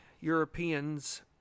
Europeans